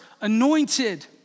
anointed